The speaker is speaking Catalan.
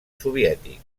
soviètic